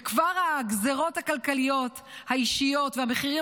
וכבר הגזרות הכלכליות האישיות והמחירים